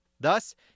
Thus